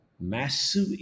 massive